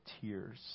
tears